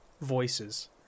voices